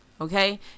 Okay